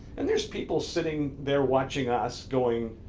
and there's people sitting there watching us going,